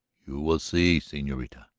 you will see, senorita.